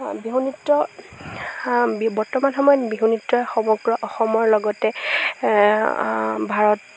বিহু নৃত্য বৰ্তমান সময়ত বিহু নৃত্যই সমগ্ৰ অসমৰ লগতে ভাৰত